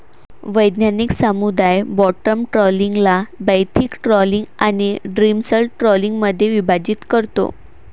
वैज्ञानिक समुदाय बॉटम ट्रॉलिंगला बेंथिक ट्रॉलिंग आणि डिमर्सल ट्रॉलिंगमध्ये विभाजित करतो